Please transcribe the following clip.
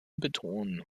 betonen